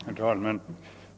Herr talman!